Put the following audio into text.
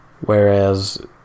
whereas